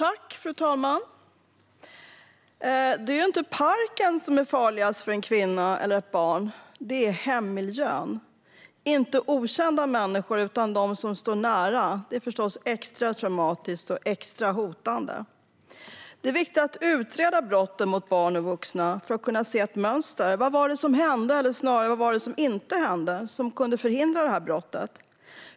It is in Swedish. Fru talman! Det är inte parken som är farligast för en kvinna eller ett barn, utan det är hemmiljön. Det är inte okända människor utan de som står nära som är farligast. Det är förstås extra traumatiskt och hotande. Det är viktigt att utreda brotten mot barn och vuxna för att kunna se ett mönster. Vad var det som hände? Eller snarare: Vad var det som inte hände som kunde ha förhindrat brottet?